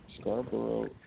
Scarborough